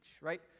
right